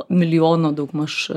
milijoną daugmaž